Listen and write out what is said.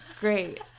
great